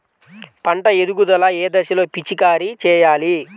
పంట ఎదుగుదల ఏ దశలో పిచికారీ చేయాలి?